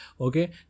okay